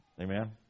Amen